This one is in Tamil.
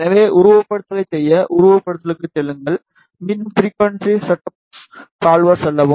எனவே உருவகப்படுத்துதலைச் செய்ய உருவகப்படுத்துதலுக்குச் செல்லுங்கள் மீண்டும் ஃபிரிகுவன்ஸி செட்டப் சால்வர் செல்லவும்